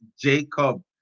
Jacob